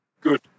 Good